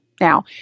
Now